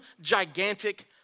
gigantic